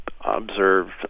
observed